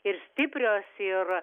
ir stiprios ir